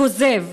כוזב,